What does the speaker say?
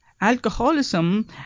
alcoholism